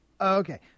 Okay